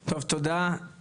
טוב, תודה.